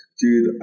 Dude